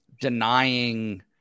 denying